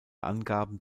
angaben